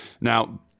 Now